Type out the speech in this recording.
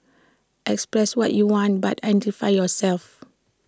express what you want but identify yourself